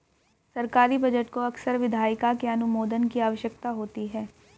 सरकारी बजट को अक्सर विधायिका के अनुमोदन की आवश्यकता होती है